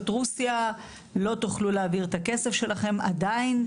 רוסיה לא תוכלו להעביר את הכסף שלכם עדיין.